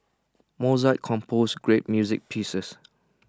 Mozart composed great music pieces